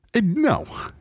No